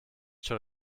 schon